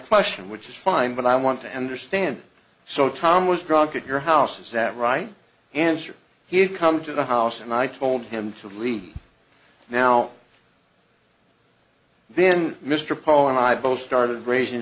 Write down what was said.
question which is fine but i want to understand so tom was drunk at your house is that right answer he'd come to the house and i told him to leave now then mr paul and i both started raising